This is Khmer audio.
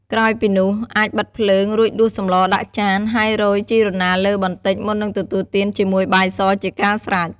ក្រោយពីនោះ អាចបិទភ្លើង រួចដួសសម្លដាក់ចាន ហើយរោយ ជីរណាលើបន្តិច មុននឹងទទួលទានជាមួយបាយសជាការស្រេច។